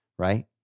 Right